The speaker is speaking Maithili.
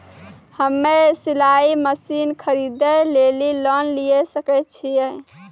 हम्मे सिलाई मसीन खरीदे लेली लोन लिये सकय छियै?